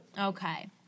Okay